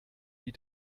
die